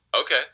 Okay